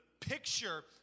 picture